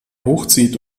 hochzieht